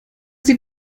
sie